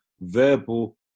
verbal